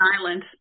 island